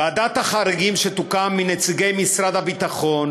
ועדת החריגים שתוקם מנציגי משרד הביטחון,